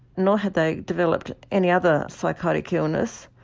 nor had they developed any other psychotic illness.